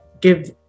give